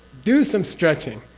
do some stretching,